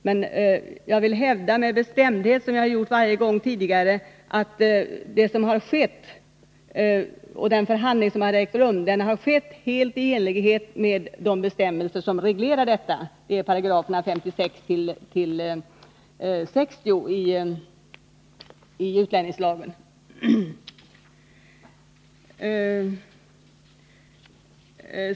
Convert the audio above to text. Jag hävdar emellertid med bestämdhet att förhandlingen i detta fall har ägt rum helt i enlighet med bestämmelserna i 56-60 §§ utlänningslagen.